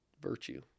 virtue